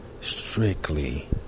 strictly